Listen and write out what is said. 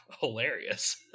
hilarious